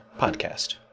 podcast